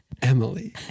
Emily